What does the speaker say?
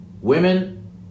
Women